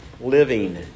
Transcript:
living